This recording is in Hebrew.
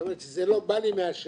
זאת אומרת שזה לא בא לי משמים.